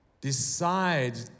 Decide